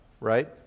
right